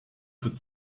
could